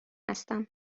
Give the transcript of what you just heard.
هستم